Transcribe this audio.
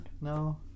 No